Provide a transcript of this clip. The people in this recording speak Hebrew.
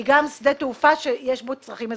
היא גם שדה תעופה שיש בו צרכים אזרחיים.